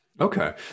Okay